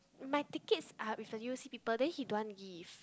my tickets are with the U_O_C people then he don't want to give